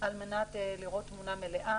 על מנת לראות תמונה מלאה.